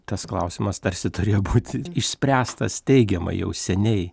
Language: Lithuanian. tas klausimas tarsi turėjo būti išspręstas teigiamai jau seniai